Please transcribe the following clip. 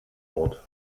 ort